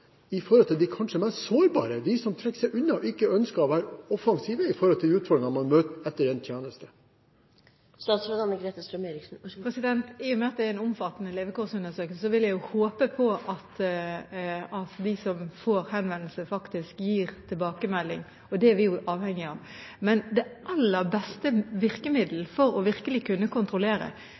de kanskje mest sårbare, de som trekker seg unna og ikke ønsker å være offensive overfor utfordringer man møter etter endt tjeneste? I og med at det er en omfattende levekårsundersøkelse, vil jeg håpe at de som får en henvendelse, gir tilbakemelding. Det er vi avhengig av. Men det aller beste virkemiddelet er å